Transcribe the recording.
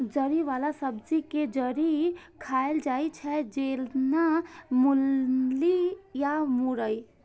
जड़ि बला सब्जी के जड़ि खाएल जाइ छै, जेना मूली या मुरइ